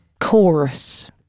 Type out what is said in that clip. chorus